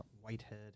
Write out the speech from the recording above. Whitehead